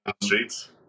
streets